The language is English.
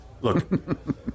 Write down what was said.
Look